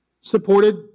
supported